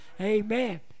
Amen